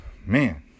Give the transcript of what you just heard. Man